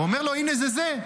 אומר לו: הינה, זה זה.